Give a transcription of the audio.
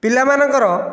ପିଲାମାନଙ୍କର